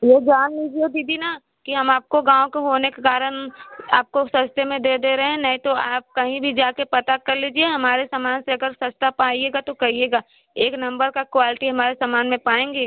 ये जान लीजिए दीदी न कि हम आपको गाँव का होने के कारण आपको सस्ते में दे दे रहे हैं नहीं तो आप कहीं भी जा कर पता कर लीजिए हमारे सामान से अगर सस्ता पाइएगा तो कहिएगा एक नम्बर का क्वालटी हमारे सामान में पाएंगी